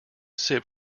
sip